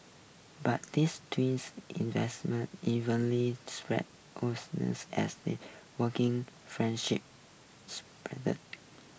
but this twins investment spread as they working friendship